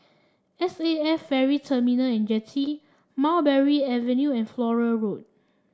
S A F Ferry Terminal and Jetty Mulberry Avenue and Flora Road